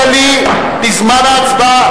להצביע על ההסתייגות שלכם?